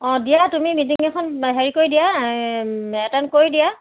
অঁ দিয়া তুমি মিটিং এখন হেৰি কৰি দিয়া এটেণ্ড কৰি দিয়া